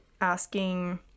asking